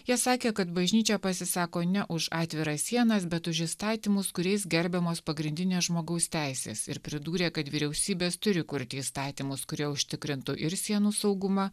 jie sakė kad bažnyčia pasisako ne už atviras sienas bet už įstatymus kuriais gerbiamos pagrindinės žmogaus teisės ir pridūrė kad vyriausybės turi kurti įstatymus kurie užtikrintų ir sienų saugumą